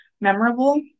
memorable